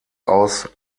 aus